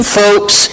folks